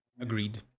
Agreed